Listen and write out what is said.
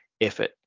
effort